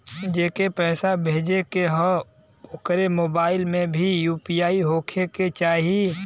जेके पैसा भेजे के ह ओकरे मोबाइल मे भी यू.पी.आई होखे के चाही?